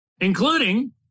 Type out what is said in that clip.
including